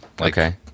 Okay